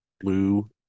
blue